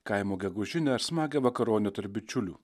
kaimo gegužinę ar smagią vakaronę tarp bičiulių